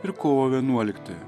ir kovo vienuoliktąją